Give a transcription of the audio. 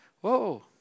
whoa